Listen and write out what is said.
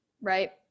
Right